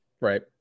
right